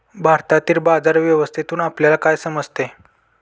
भारतातील बाजार व्यवस्थेतून आपल्याला काय समजते?